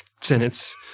sentence